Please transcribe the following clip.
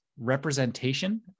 representation